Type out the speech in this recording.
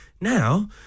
now